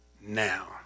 now